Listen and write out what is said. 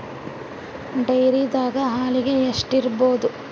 ಡೈರಿದಾಗ ಹಾಲಿಗೆ ಎಷ್ಟು ಇರ್ಬೋದ್?